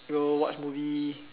go watch movie